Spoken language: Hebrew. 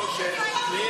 זה האטימות של ביטוח לאומי.